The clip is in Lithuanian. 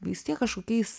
vis tiek kažkokiais